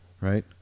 right